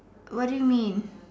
what do you mean